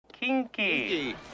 Kinky